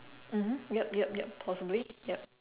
mmhmm yup yup yup possibly yup